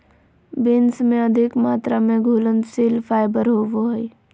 beans में अधिक मात्रा में घुलनशील फाइबर होवो हइ